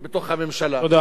תודה רבה, אדוני.